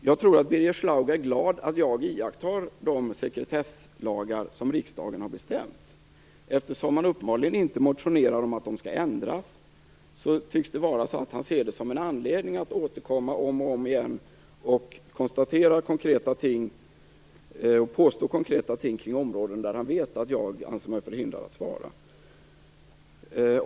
Jag tror att Birger Schlaug är glad att jag iakttar de sekretesslagar som riksdagen har bestämt. Eftersom han uppenbarligen inte motionerar om att de skall ändras, tycks det vara så att han ser det som en anledning att återkomma om och om igen och påstå konkreta ting kring områden där han vet att jag anser mig förhindrad att svara.